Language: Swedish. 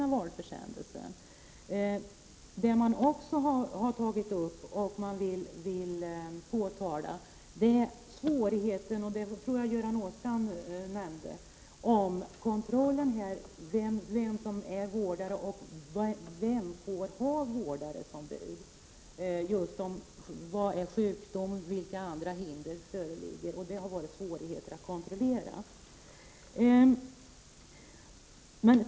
Justitiedepartementet påpekar också något som jag tror att Göran Åstrand nämnde, nämligen svårigheten i fråga om kontrollen; vem är vårdare och vem får ha vårdare som bud? Vad är sjukdom? Vilka andra hinder föreligger? Detta har varit svårt att kontrollera.